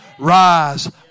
Rise